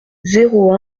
zéro